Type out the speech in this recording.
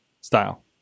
style